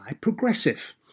Progressive